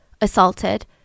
assaulted